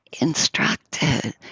instructed